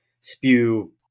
spew